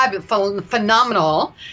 phenomenal